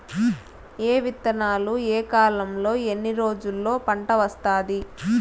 ఏ విత్తనాలు ఏ కాలంలో ఎన్ని రోజుల్లో పంట వస్తాది?